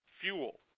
fuel